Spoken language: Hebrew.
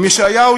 אם ישעיהו,